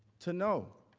to know.